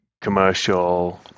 commercial